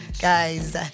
Guys